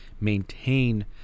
maintain